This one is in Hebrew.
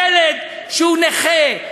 ילד שהוא נכה,